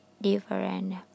different